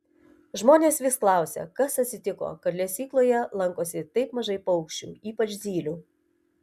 žmonės vis klausia kas atsitiko kad lesykloje lankosi taip mažai paukščių ypač zylių